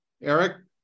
Eric